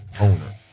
owner